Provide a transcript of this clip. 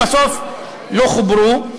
ובסוף לא חוברו,